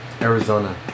Arizona